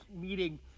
meeting